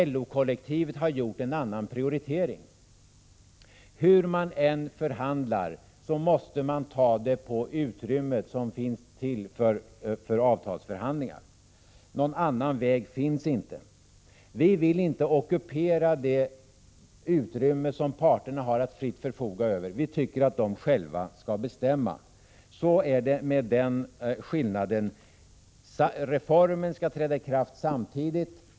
LO-kollektivet har gjort en annan prioritering. Hur man än förhandlar måste man använda det utrymme som finns för avtalsförhandlingar. Någon annan väg finns inte. Vi vill inte ockupera det utrymme som parterna har att fritt förfoga över. Vi tycker att de själva skall bestämma. Så är det med den skillnaden. Reformerna skall träda i kraft samtidigt.